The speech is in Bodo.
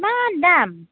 इमान दाम